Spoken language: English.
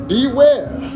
Beware